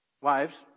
Wives